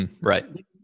Right